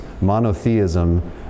monotheism